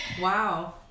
Wow